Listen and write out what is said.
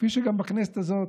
כפי שגם בכנסת הזאת